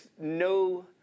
no